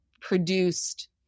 produced